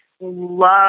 love